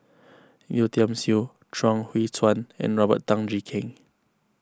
Yeo Tiam Siew Chuang Hui Tsuan and Robert Tan Jee Keng